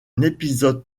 épisode